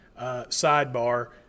sidebar